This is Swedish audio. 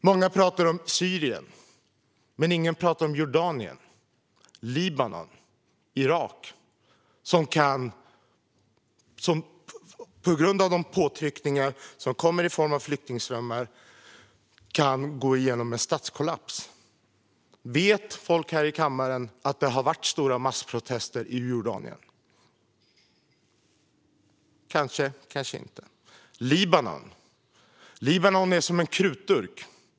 Många talar om Syrien, men ingen talar om Jordanien, Libanon eller Irak som på grund av de påtryckningar som kommer i form av flyktingströmmar kan gå igenom en statskollaps. Vet folk här i kammaren att det har varit stora massprotester i Jordanien? Kanske, kanske inte. Libanon är som en krutdurk.